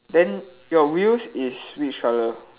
then your wheels is which colour